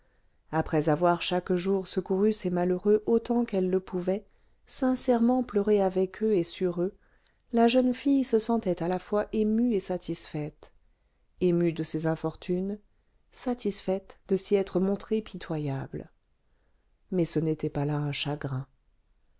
après avoir presque chaque jour secouru ces malheureux autant qu'elle le pouvait sincèrement pleuré avec eux et sur eux la jeune fille se sentait à la fois émue et satisfaite émue de ces infortunes satisfaite de s'y être montrée pitoyable mais ce n'était pas là un chagrin